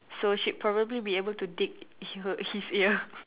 so she'd probably be able to dig her his ear